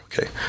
okay